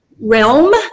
realm